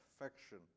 affection